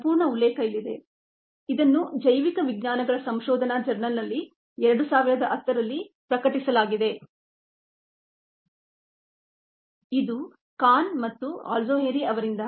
ಸಂಪೂರ್ಣ ಉಲ್ಲೇಖ ಇಲ್ಲಿದೆ ಇದನ್ನು ಜೈವಿಕ ವಿಜ್ಞಾನಗಳ ಸಂಶೋಧನಾ ಜರ್ನಲ್ನಲ್ಲಿ 2010 ರಲ್ಲಿ ಪ್ರಕಟಿಸಲಾಗಿದೆ ಇದು ಖಾನ್ ಮತ್ತು ಅಲ್ಜೋಹೈರಿ ಅವರಿಂದ